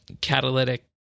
catalytic